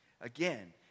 Again